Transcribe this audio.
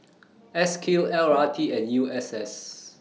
S Q L R T and U S S